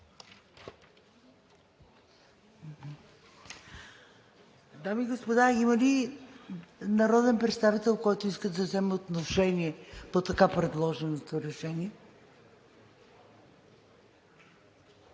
Дами и господа, има ли народен представител, който иска да вземе отношение по така предложеното решение?